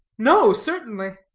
no, certainly.